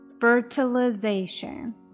Fertilization